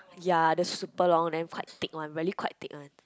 yea the super long then quite thick one really quite thick one